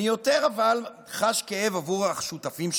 אבל אני יותר חש כאב עבור השותפים שלי,